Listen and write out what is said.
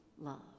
love